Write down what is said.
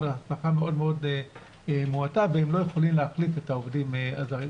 אבל ההצלחה מאוד מועטה והם לא יכולים להחליף את העובדים הזרים.